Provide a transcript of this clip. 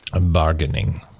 bargaining